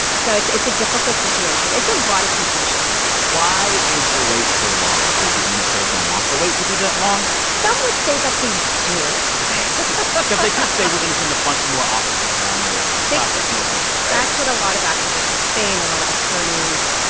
so it's it's a difficult situation. it's a lot of confusion why is the wait so long? does the administration want the wait to be that long? some would say that they do ok because they could say, we're going to send a bunch more officers down there to process more people right? that's what a lot of activists are saying, a lot of attorneys.